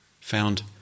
found